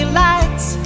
lights